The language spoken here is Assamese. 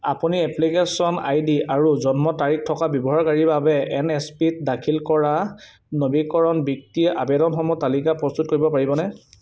আপুনি এপ্লিকেশ্য়ন আইডি আৰু জন্ম তাৰিখ থকা ব্যৱহাৰকাৰী বাবে এন এছ পি ত দাখিল কৰা নবীকৰণ বৃত্তি আবেদনসমূহৰ তালিকা প্ৰস্তুত কৰিব পাৰিবনে